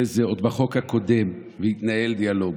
וזה עוד בחוק הקודם, והתנהל דיאלוג.